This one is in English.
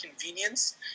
convenience